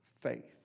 faith